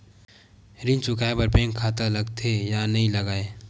ऋण चुकाए बार बैंक खाता लगथे या नहीं लगाए?